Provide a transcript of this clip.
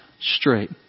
straight